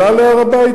עלה להר-הבית?